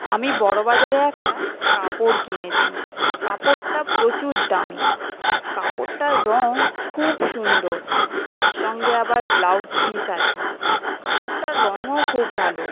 আমি বড়বাজারে একটা কাপড় কিনেছি কাপড়টা প্রচুর দামি কাপড়টার রং খুব সুন্দর তার সঙ্গে আবার ব্লাউস পিস আছে কাপড়টার রঙও খুব ভালো